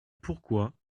pourquoi